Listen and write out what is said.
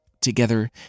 Together